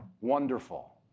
Wonderful